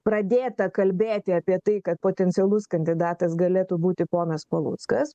pradėta kalbėti apie tai kad potencialus kandidatas galėtų būti ponas paluckas